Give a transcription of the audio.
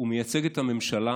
הוא מייצג את הממשלה.